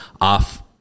off